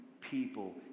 people